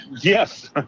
Yes